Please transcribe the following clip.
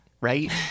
right